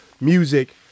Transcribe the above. music